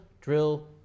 drill